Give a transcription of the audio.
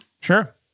Sure